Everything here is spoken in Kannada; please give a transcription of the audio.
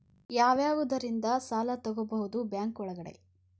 ಯಾವ್ಯಾವುದರಿಂದ ಸಾಲ ತಗೋಬಹುದು ಬ್ಯಾಂಕ್ ಒಳಗಡೆ?